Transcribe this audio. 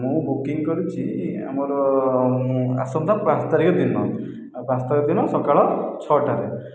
ମୁଁ ବୁକିଂ କରିଛି ଆମର ଆସନ୍ତା ପାଞ୍ଚ ତାରିଖ ଦିନ ଆଉ ପାଞ୍ଚ ତାରିଖ ଦିନ ସକାଳ ଛଅଟାରେ